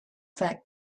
fact